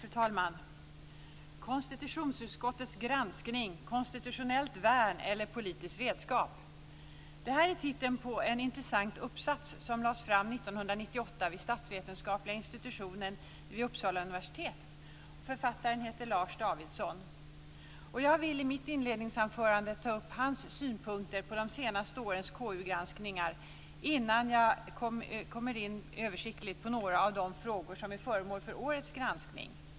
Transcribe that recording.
Fru talman! Konstitutionsutskottets granskning - konstitutionellt värn eller politiskt redskap? Det är titeln på en intressant uppsats som lades fram 1998 vid statsvetenskapliga institutionen vid Uppsala universitet. Författaren heter Lars Davidsson. I mitt inledningsanförande vill jag ta upp hans synpunkter på de senaste årens KU-granskningar innan jag översiktligt kommer in på några av de frågor som är föremål för årets granskning.